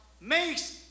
makes